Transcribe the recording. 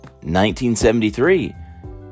1973